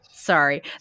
Sorry